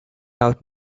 out